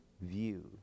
view